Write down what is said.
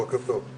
בוקר טוב.